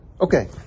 Okay